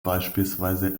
beispielsweise